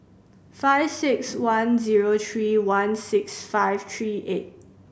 five six one zero three one six five three eight